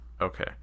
Okay